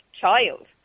child